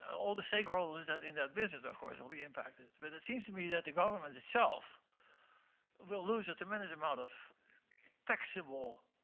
all the stakeholders that are in that business of course will be impacted but it seems to me that the government itself will lose a tremendous amount of taxable